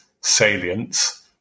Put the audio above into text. salience